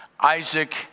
Isaac